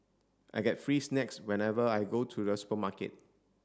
I get free snacks whenever I go to the supermarket